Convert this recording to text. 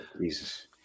Jesus